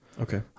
Okay